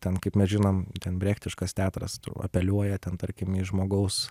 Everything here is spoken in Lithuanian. ten kaip mes žinom ten brechtiškas teatras apeliuoja ten tarkim į žmogaus